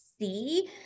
see